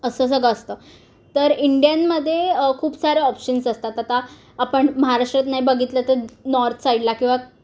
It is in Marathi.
असं सगळं असतं तर इंडियनमध्ये खूप सारे ऑप्शन्स असतात आता आपण महाराष्ट्रात नाही बघितलं तर नॉर्थ साईडला किंवा